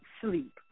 sleep